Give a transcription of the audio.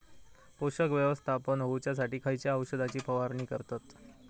पोषक व्यवस्थापन होऊच्यासाठी खयच्या औषधाची फवारणी करतत?